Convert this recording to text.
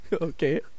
Okay